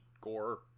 gore